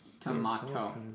tomato